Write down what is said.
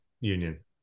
Union